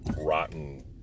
rotten